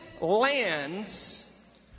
lands